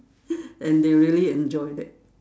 and they really enjoy that